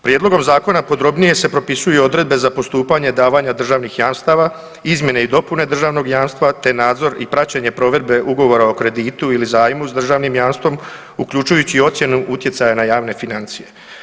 Prijedlogom Zakona podrobnije se propisuju odredbe za postupanje davanja državnih jamstava, izmjene i dopune državnog jamstva te nadzor i praćenje provedbe ugovora o kreditu ili zajmu s državnim jamstvom, uključujući i ocjenu utjecaja na javne financije.